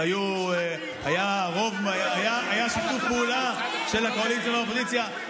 אז היה שיתוף פעולה של הקואליציה והאופוזיציה.